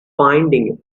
finding